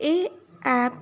ਇਹ ਐਪ